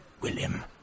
William